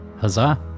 Huzzah